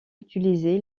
utilisé